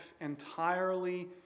entirely